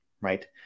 right